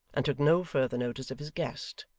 and took no further notice of his guest,